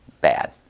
Bad